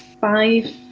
five